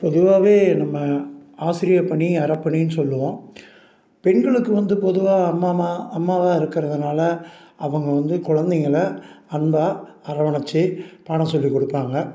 பொதுவாகவே நம்ம ஆசிரியர் பணி அறப்பணினு சொல்லுவோம் பெண்களுக்கு வந்து பொதுவாக அம்மம்மா அம்மாவாக இருக்கிறதுனால அவங்க வந்து குழந்தைங்கள அன்பாக அரவணைத்து பாடம் சொல்லி கொடுப்பாங்க